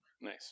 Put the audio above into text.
Nice